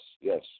yes